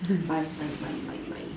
buy buy buy buy buy